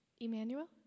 Emmanuel